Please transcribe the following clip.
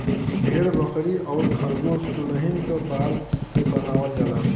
भेड़ बकरी आउर खरगोस कुलहीन क बाल से बनावल जाला